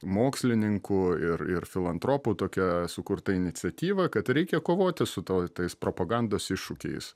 mokslininkų ir ir filantropų tokia sukurta iniciatyva kad reikia kovoti su to tais propagandos iššūkiais